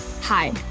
Hi